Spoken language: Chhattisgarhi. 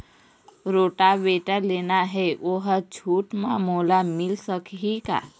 रोटावेटर लेना हे ओहर छूट म मोला मिल सकही का?